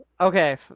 Okay